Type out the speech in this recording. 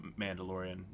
Mandalorian